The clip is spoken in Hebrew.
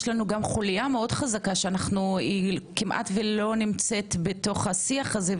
לנו גם חוליה מאוד חזקה שכמעט ולא נמצאת בתוך השיח הזה,